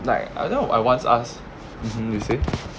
like I don't know if I once asked mmhmm you say